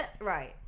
Right